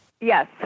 Yes